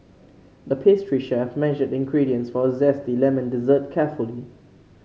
the pastry chef measured the ingredients for a zesty lemon dessert carefully